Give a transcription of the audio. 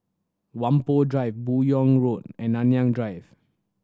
Whampoa Drive Buyong Road and Nanyang Drive